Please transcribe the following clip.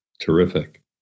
Terrific